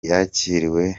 yakiriwe